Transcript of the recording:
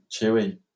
chewy